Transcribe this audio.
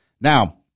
Now